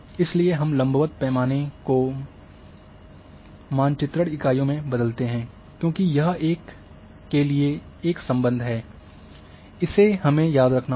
इसलिए हम लंबवत पैमाने को मांछितरान इकाइयों में बदलते हैं क्योंकि यह एक के लिए एक संबंध हैं इसे हमें याद रखना होगा